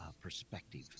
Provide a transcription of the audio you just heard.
perspective